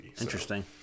Interesting